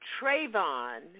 Trayvon